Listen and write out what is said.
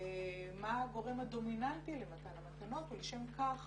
מה הגורם הדומיננטי למתן המתנות ולשם כך